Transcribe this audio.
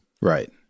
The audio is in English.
Right